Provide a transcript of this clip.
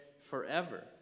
forever